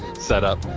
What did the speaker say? setup